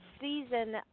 season